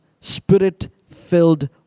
Spirit-filled